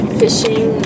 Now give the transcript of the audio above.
fishing